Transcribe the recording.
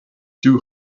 too